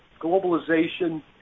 globalization